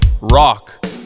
rock